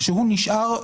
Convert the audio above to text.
שהוא נשאר,